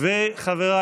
חבריי,